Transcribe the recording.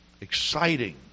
exciting